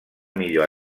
millor